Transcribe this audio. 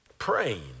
Praying